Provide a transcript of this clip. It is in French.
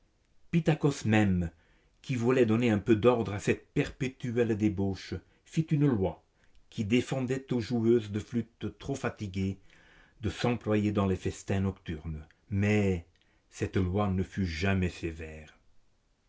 pittakos même qui voulait donner un peu d'ordre à cette perpétuelle débauche fit une loi qui défendait aux joueuses de flûtes trop fatiguées de s'employer dans les festins nocturnes mais cette loi ne fut jamais sévère